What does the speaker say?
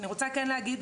אני רוצה כן להגיד